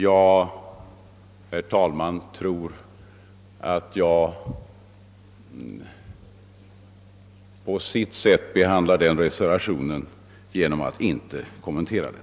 Jag tror, herr talman, att jag bäst behandlar den reservationen genom att inte kommentera den.